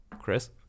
Chris